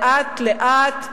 לאט לאט,